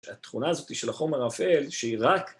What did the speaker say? התכונה הזאת של חומר האפל שהיא רק...